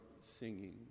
singing